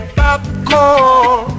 popcorn